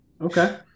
Okay